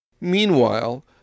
Meanwhile